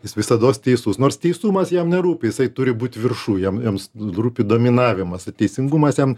jis visados teisus nors teisumas jam nerūpi jisai turi būt viršų jam jams rūpi dominavimas teisingumas jam